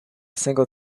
single